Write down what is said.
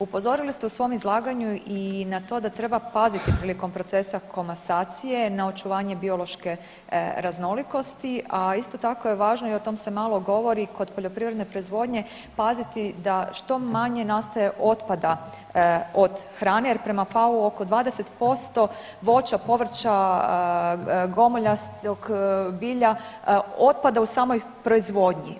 Upozorili ste u svom izlaganju i na to da treba paziti prilikom procesa komasacije na očuvanje biološke raznolikosti, a isto tako je važno i o tom se malo govori kod poljoprivredne proizvodnje paziti da što manje nastaje otpada od hrane jer prema Fau oko 20% voća, povrća, gomoljastog bilja otpada u samoj proizvodnji.